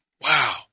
Wow